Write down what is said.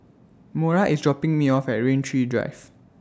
Mora IS dropping Me off At Rain Tree Drive